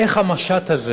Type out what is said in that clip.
שאלה אחת: איך המשט הזה,